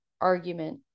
argument